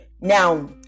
Now